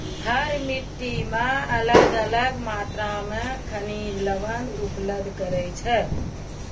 हर मिट्टी मॅ अलग अलग मात्रा मॅ खनिज लवण उपलब्ध रहै छै